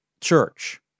church